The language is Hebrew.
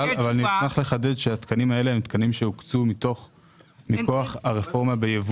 אבל אשמח לחדד שהתקנים האלה הוקצו מכוח הרפורמה בייבוא.